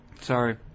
Sorry